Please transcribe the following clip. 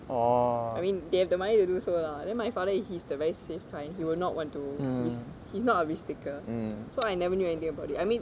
I mean they have the money to do so lah then my father he's the very safe kind he will not want to risk he's not a risk taker so I never knew anything about it I mean